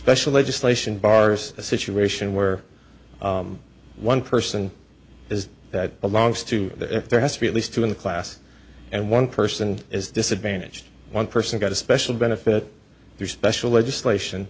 special legislation bars a situation where one person is that belongs to the if there has to be at least two in the class and one person is disadvantaged one person got a special benefit to special legislation